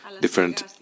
different